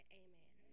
amen